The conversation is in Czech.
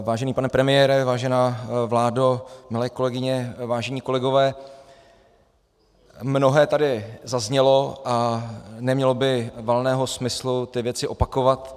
Vážený pane premiére, vážená vládo, milé kolegyně, vážení kolegové, mnohé tady zaznělo a nemělo by valného smyslu ty věci opakovat.